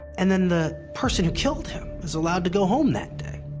and then the person who killed him is allowed to go home that day.